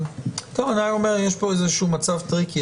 אתה אומר שיש פה איזשהו מצב טריקי.